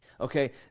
Okay